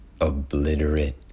Obliterate